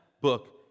book